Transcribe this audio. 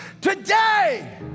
today